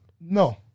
No